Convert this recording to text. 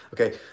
Okay